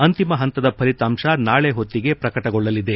ಅಂತಿಮ ಹಂತದ ಫಲಿತಾಂಶ ನಾಳೆ ಹೊತ್ತಿಗೆ ಪ್ರಕಟಗೊಳ್ಳಲಿದೆ